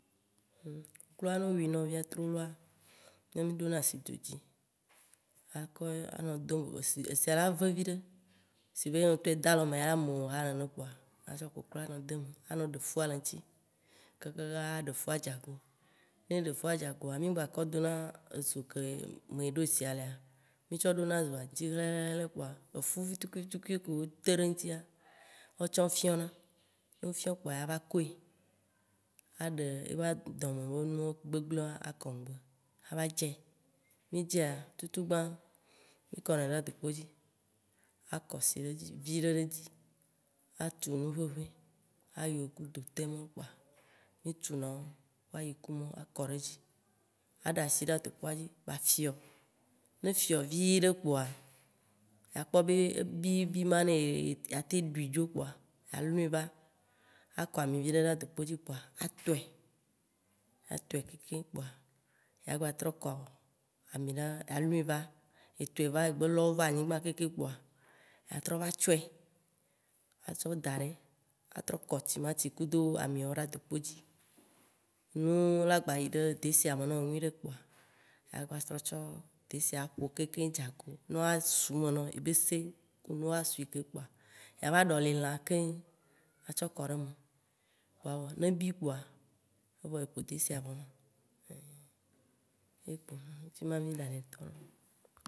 Kokloa, ne wo wui nɔ via troloa, ye mì ɖona si dzo dzi, ya koe anɔ anɔ do esia la ve viɖe, si be ne wò ŋtɔ eda lɔ eme ya me wò ha nene kpoa, atsɔ kokloa nɔ de eme, anɔ ɖe fua le eŋti kakaka aɖe fua dza go. Ne ɖe fua dza goa, mi gba kɔ dena ezo ke me eɖo sia lea, mi tsɔ ɖona zɔa ŋti xlexlexle kpoa, efu vitukui vitukui kewo te ɖe eŋtia, woawo tsã wofiɔ̃na. Ne wo fiɔ̃ kpoa ava koe, aɖe ye ba dɔme be nu gbegblewoa akɔ ŋgbe, ava dzĩ, mì dzĩa, tutugbã, mì kɔnɛ ɖe adokpo dzi, akɔ si ɖe dzi viɖe ɖe dzi, atsu nu ʋeʋĩ, ayo ku dotɛ mɔwo kpoa ku ayiku mɔwo, akɔ ɖe edzi, aɖa asi ɖa dokpoadzi ba fiɔ, ne efiɔ viɖe kpoa, ya kpɔ be ebi bi ma ɖeee, ya teŋ ɖui dzro kpoa yalɔe va, akɔ ami viɖe ɖe adokpo dzi kpoa, atɔe. Atɔe keŋkeŋ kpoa, ya gba trɔ kɔ amì ɖe alui va ye tɔe va, egbe lowo va anyigba keŋkeŋ kpoa, ya trɔ va tsɔe, atsɔ da dɛ, atrɔ kɔ tsimatsi kudo amiawo ɖa dokpo dzi, nuwo la gba yi ɖe desia me nɔwò nyuiɖe kpoa, ya gba trɔ tsɔ desia aƒokeŋkeŋ dza go, nuwo asu me nɔ, yebese ku nuwo asui keŋ kpoa, ya va ɖoli lã keŋ atsɔ kɔ ɖe eme kpo evɔ ne bi kpoa, evɔ eƒo detia vɔ ye ma. Ein ye kpoe ma